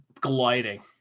gliding